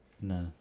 No